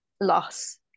loss